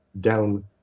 down